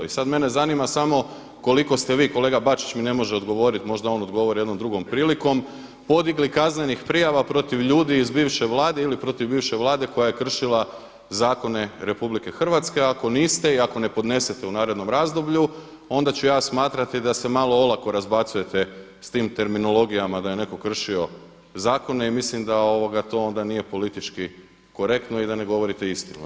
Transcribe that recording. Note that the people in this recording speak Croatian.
I sad mene zanima samo koliko ste vi, kolega Bačić mi ne može odgovoriti, možda on odgovori jednom drugom prilikom, podigli kaznenih prijava protiv ljudi iz bivše Vlade ili protiv bivše Vlade koja je kršila zakone Republike Hrvatske, ako niste i ako ne podnesete u narednom razdoblju onda ću ja smatrati da se malo olako razbacujete s tim terminologijama da je netko kršio zakone i mislim da to onda nije politički korektno i da ne govorite istine.